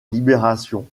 libération